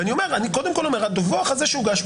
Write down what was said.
ואני קודם כל אומר שהדיווח הזה שהוגש,